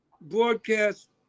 broadcast